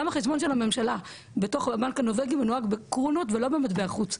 גם החשבון של הממשלה בתוך הבנק הנורבגי מנוהל בקרונות ולא במטבע חוץ,